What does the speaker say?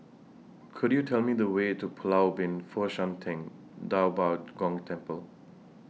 Could YOU Tell Me The Way to Pulau Ubin Fo Shan Ting DA Bo Gong Temple